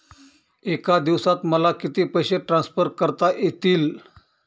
एका दिवसात मला किती पैसे ट्रान्सफर करता येतील?